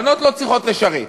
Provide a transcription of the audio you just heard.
בנות לא צריכות לשרת.